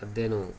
అద్దెను